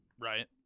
Right